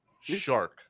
shark